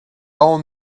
all